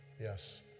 Yes